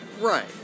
Right